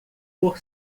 por